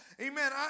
amen